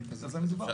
כי בזה מדובר.